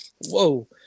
whoa